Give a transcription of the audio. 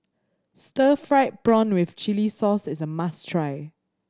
stir fried prawn with chili sauce is a must try